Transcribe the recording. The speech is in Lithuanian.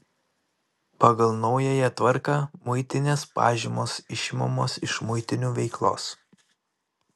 pagal naująją tvarką muitinės pažymos išimamos iš muitinių veiklos